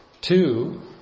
Two